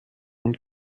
und